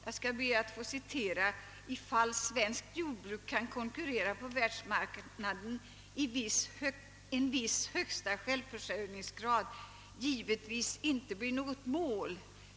Konsumentdelegationen har skrivit att »ifall svenskt jordbruk kan konkurrera på världsmarknaden en viss högsta självförsörjningsgrad givetvis inte blir något mål».